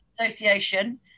Association